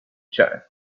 chance